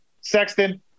Sexton